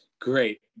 Great